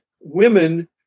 women